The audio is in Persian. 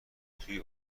توی